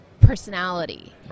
personality